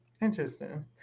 interesting